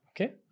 Okay